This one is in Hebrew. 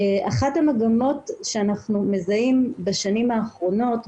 אחת המגמות שאנחנו מזהים בשנים האחרונות,